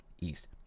East